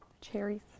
Cherries